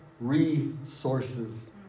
resources